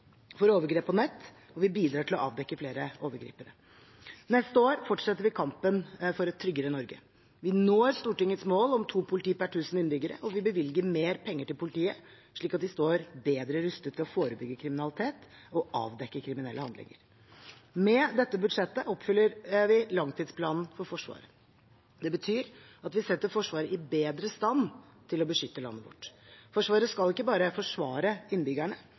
for overgrep på nett, og vi bidrar til å avdekke flere overgripere. Neste år fortsetter vi kampen for et tryggere Norge. Vi når Stortingets mål om to politi per tusen innbyggere, og vi bevilger mer penger til politiet slik at de står bedre rustet til å forebygge kriminalitet og avdekke kriminelle handlinger. Med dette budsjettet oppfyller vi langtidsplanen for Forsvaret. Det betyr at vi setter Forsvaret i bedre stand til å beskytte landet vårt. Forsvaret skal ikke bare forsvare innbyggerne,